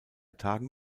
tagen